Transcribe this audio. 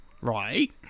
Right